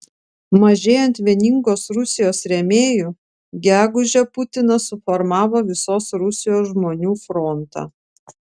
mažėjant vieningos rusijos rėmėjų gegužę putinas suformavo visos rusijos žmonių frontą